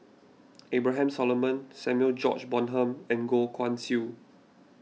Abraham Solomon Samuel George Bonham and Goh Guan Siew